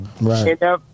Right